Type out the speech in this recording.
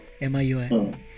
MIUI